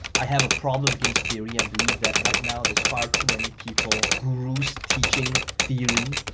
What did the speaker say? i have a problem against theory, i believe that right now, there's far too many people gurus teaching theory.